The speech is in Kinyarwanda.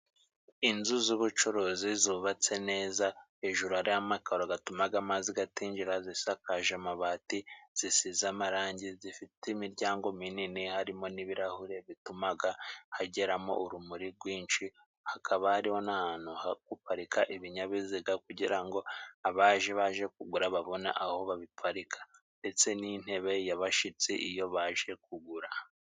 Inzu z'ubucuruzi zubatse neza, hejuru hari amakaro gatumaga amazi gatinjira, zisakaje amabati zisize amarangi zifite imiryango minini harimo n'ibirahure, bitumaga hageramo urumuri rwinshi. Hakaba hariho n'ahantu ho guparika ibinyabiziga, kugira ngo abaje baje kugura babone aho babiparika, ndetse n'intebe y'abashitsi iyo baje kugura.